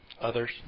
others